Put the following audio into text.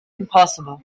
impossible